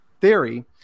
theory